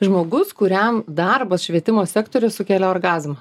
žmogus kuriam darbas švietimo sektoriuj sukelia orgazmą